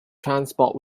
transport